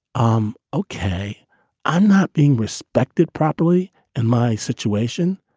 um okay. i'm not being respected properly in my situation.